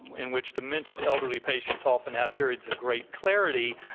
in which demented elderly patients often have periods of great clarity,